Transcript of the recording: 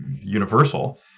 universal